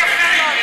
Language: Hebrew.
זה יפה מאוד.